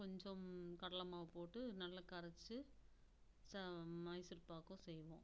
கொஞ்சம் கடலை மாவு போட்டு நல்லா கரைச்சு மைசூர்பாக்கும் செய்வோம்